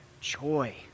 joy